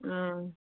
ꯎꯝ